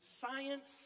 science